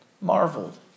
marveled